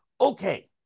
okay